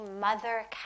mother